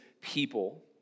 people